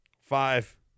five